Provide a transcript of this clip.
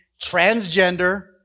transgender